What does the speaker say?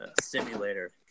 simulator